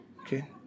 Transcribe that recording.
okay